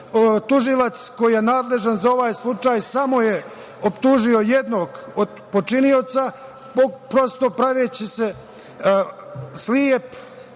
koji je nadležan za ovaj slučaj samo je optužio jednog od počinilaca prosto praveći se slep,